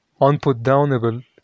unputdownable